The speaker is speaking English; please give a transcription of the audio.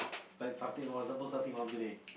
like farting was the thing of today